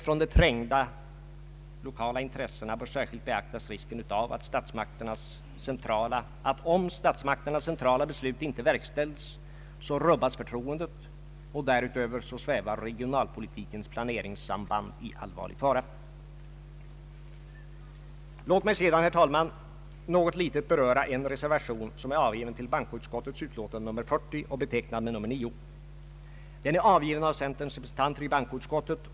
Inom det allmänna stödområdet skulle företag som nyanställde personal i samband med nyetablering eller utvidgning av verksamheten kunna få ett schablonstöd för inträningen av de nyanställda med 5 kronor per elev och arbetstimme under sex månader.